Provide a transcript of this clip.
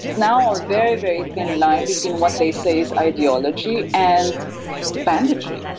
now a very, very thin line between what they say is ideology and banditry.